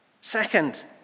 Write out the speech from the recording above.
Second